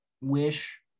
Wish